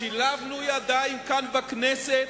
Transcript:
שילבנו ידיים כאן בכנסת,